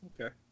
okay